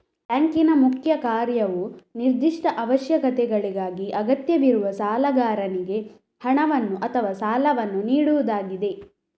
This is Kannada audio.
ಬ್ಯಾಂಕಿನ ಮುಖ್ಯ ಕಾರ್ಯವು ನಿರ್ದಿಷ್ಟ ಅವಶ್ಯಕತೆಗಳಿಗಾಗಿ ಅಗತ್ಯವಿರುವ ಸಾಲಗಾರನಿಗೆ ಹಣವನ್ನು ಅಥವಾ ಸಾಲವನ್ನು ನೀಡುವುದಾಗಿದೆ